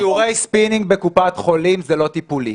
שיעורי ספינינג בקופת חולים זה לא טיפולי.